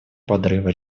подрыва